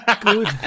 good